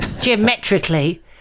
geometrically